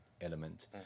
element